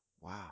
Wow